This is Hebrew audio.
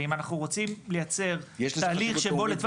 ואם אנחנו רוצים לייצר תהליך שבו לטווח